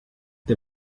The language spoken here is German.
der